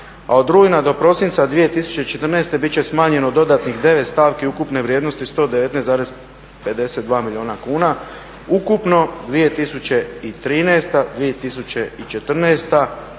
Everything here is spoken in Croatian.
a od rujna do prosinca 2014.bit će smanjeno dodatnih 9 stavki ukupne vrijednosti 119,52 milijuna kuna. Ukupno 2013., 2014.